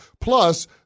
Plus